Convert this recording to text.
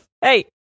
Hey